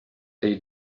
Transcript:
dei